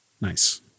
Nice